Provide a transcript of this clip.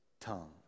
tongue